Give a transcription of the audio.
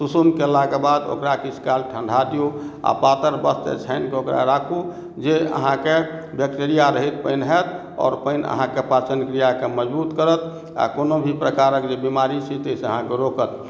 सुसुम केला के बाद ओकरा किछु काल ठंडा दियौ आ पातर वस्त्र से छानिके ओकरा राखू जे अहाँके बैक्टेरियारहित पानि होयत आओर पानि अहाँके पाचन क्रिया के मजबूत करत आ कोनो भी प्रकार के जे बीमारी छै ताहिसॅं अहाँके रोकत